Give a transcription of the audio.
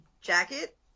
jacket